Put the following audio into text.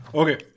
okay